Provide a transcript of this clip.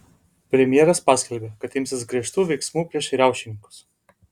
premjeras paskelbė kad imsis griežtų veiksmų prieš riaušininkus